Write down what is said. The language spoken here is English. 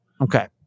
Okay